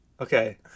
Okay